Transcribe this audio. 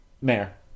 Mayor